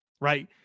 right